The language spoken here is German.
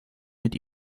mit